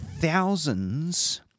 thousands